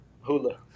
hula